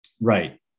Right